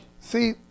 See